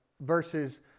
versus